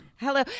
Hello